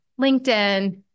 LinkedIn